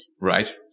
Right